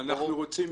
ברור.